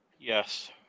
Yes